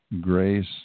grace